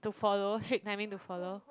to follow strict timing to follow